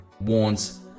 warns